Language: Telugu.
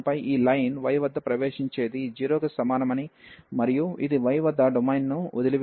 ఆపై ఈ లైన్ y వద్ద ప్రవేశించేది 0 కి సమానమని మరియు ఇది y వద్ద డొమైన్ను వదిలివేస్తుంది